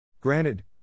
Granted